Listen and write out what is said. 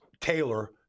Taylor